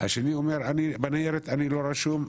השני אומר בניירת אני לא רשום,